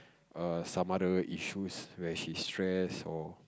err some other issues where she's stress or